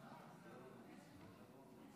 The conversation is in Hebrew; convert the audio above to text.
החוק בנוי על היסודות של הוועדה